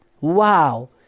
Wow